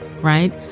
right